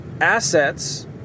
assets